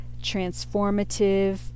transformative